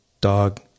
dog